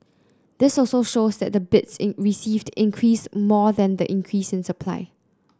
this also shows that the bids received increased more than the increase in supply